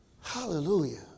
Hallelujah